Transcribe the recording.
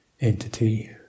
entity